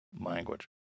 language